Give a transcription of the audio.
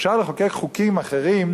אפשר לחוקק חוקים אחרים,